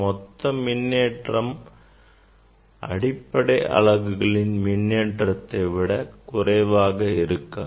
மொத்த மின்னேற்றம் அடிப்படை அலகுகளின் மின்னேற்றத்தை விட குறைவாக இருக்காது